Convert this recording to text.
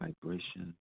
vibration